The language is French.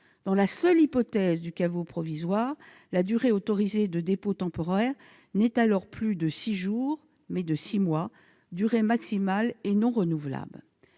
Dans la seule hypothèse du caveau provisoire, la durée autorisée de dépôt temporaire est alors non plus de six jours, mais de six mois, durée maximale et non renouvelable.